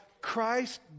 Christ